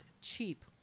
cheap